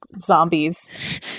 zombies